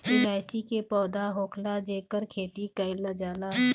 इलायची के पौधा होखेला जेकर खेती कईल जाला